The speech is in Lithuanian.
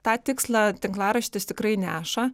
tą tikslą tinklaraštis tikrai neša